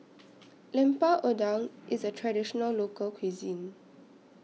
Lemper Udang IS A Traditional Local Cuisine